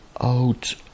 out